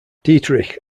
dietrich